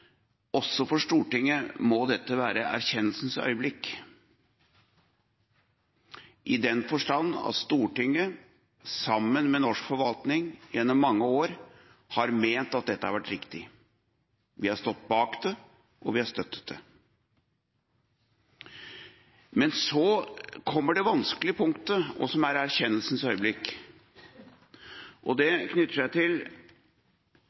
også for Stortinget må dette være erkjennelsens øyeblikk – i den forstand at Stortinget, sammen med norsk forvaltning, gjennom mange år har ment at dette har vært riktig. Vi har stått bak det, og vi har støttet det. Men så kommer det vanskelige punktet, og som er erkjennelsens øyeblikk, og det knytter seg til: